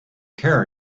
care